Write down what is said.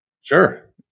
Sure